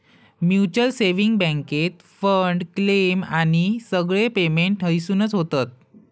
mutual saving बॅन्केत fund, claim आणि सगळे पेमेंट हयसूनच होतत